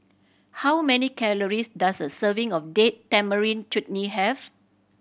how many calories does a serving of Date Tamarind Chutney have